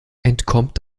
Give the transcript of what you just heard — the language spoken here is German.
entkommt